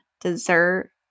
dessert